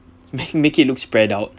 make it looked spread out